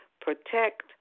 protect